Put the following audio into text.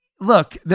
look